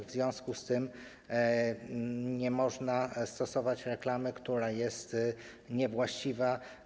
W związku z tym nie można stosować reklamy, która jest niewłaściwa.